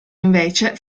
invece